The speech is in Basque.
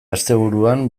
asteburuan